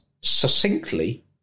succinctly